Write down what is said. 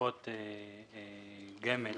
לקופות גמל